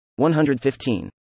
115